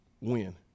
win